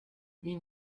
wie